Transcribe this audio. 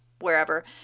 wherever